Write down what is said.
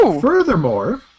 Furthermore